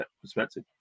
perspective